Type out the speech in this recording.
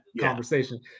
conversation